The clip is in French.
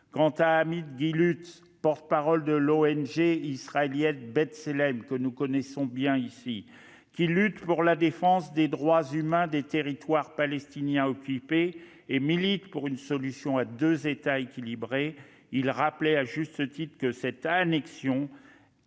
Quant à Amit Gilutz, porte-parole de l'ONG israélienne B'Tselem, que nous connaissons bien ici, qui lutte pour la défense des droits humains dans les Territoires palestiniens occupés et qui milite pour une solution à deux États équilibrée, il a rappelé à juste titre que cette annexion